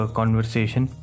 conversation